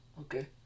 okay